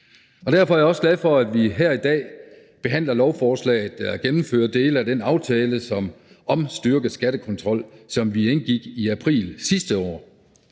og derfor er jeg også glad for, at vi her i dag behandler lovforslaget, der gennemfører dele af den aftale om styrket skattekontrol, som vi indgik i april sidste år.